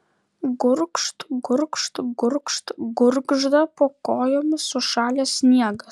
gurgžt gurgžt gurgžt gurgžda po kojomis sušalęs sniegas